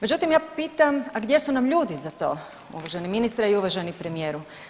Međutim, ja pitam, a gdje su nam ljudi za to uvaženi ministre i uvaženi premijeru?